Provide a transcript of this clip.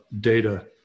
data